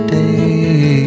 day